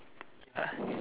uh